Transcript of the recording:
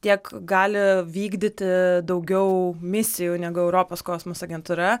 tiek gali vykdyti daugiau misijų negu europos kosmoso agentūra